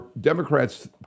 Democrats